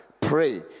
Pray